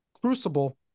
crucible